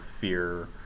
fear